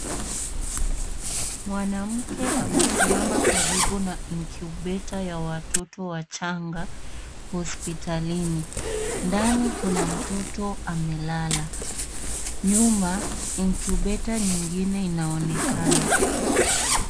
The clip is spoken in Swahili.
Mwanamke amesimama karibu na inkubeta ya watoto wachanga hospitalini. Ndani kuna mtoto amelala. Nyuma inkubeta nyingine inaonekana.